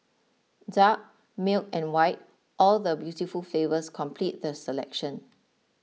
dark milk and white all the beautiful flavours complete the selection